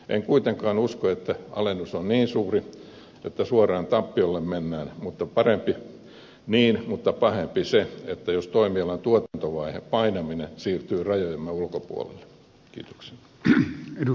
en kuitenkaan usko että alennus on niin suuri että suoraan tappiolle mennään mutta parempi niin mutta pahempi se jos toimialan tuotantovaihe painaminen siirtyy rajojemme ulkopuolelle